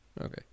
Okay